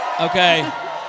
Okay